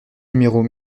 numéros